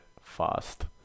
fast